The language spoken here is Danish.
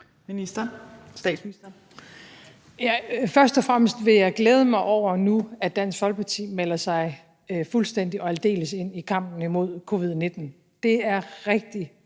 (Mette Frederiksen): Først og fremmest vil jeg glæde mig over nu, at Dansk Folkeparti melder sig fuldstændig og aldeles ind i kampen mod covid-19 – det er rigtig,